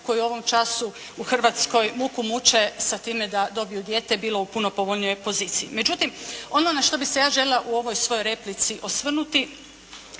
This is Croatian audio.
koji u ovom času u Hrvatskoj muku muče sa time da dobiju dijete, bilo u puno povoljnijoj poziciji. Međutim ono na što bih se ja željela u ovoj svojoj replici osvrnuti,